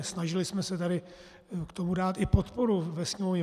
Snažili jsme se tady k tomu dát i podporu ve Sněmovně.